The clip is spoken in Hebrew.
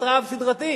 לתקציב של מיליארד דולר.